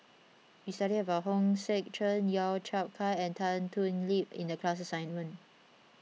we studied about Hong Sek Chern Lau Chiap Khai and Tan Thoon Lip in the class assignment